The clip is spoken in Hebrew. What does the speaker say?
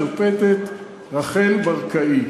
השופטת רחל ברקאי.